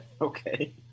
Okay